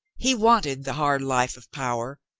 he wanted the hard life of power,